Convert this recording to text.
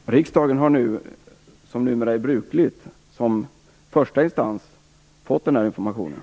Fru talman! Riksdagen har nu, vilket numera är brukligt, som första instans fått den här informationen.